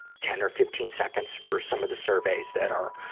ten or fifteen seconds for some of the surveys that are,